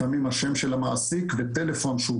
לפעמים השם של המעסיק וטלפון משולם